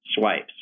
swipes